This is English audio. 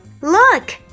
Look